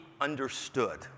understood